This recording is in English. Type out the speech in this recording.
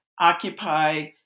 occupy